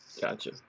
Gotcha